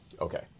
Okay